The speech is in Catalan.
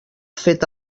fet